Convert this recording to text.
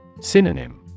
Synonym